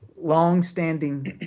longstanding